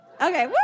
Okay